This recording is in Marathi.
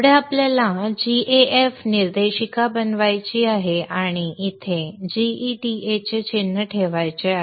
पुढे आपल्याला gaf निर्देशिका बनवायची आहे आणि इथेच gEDA चे चिन्ह ठेवायचे आहेत